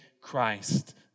Christ